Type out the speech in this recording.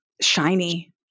shiny